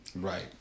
Right